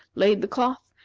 laid the cloth,